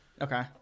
Okay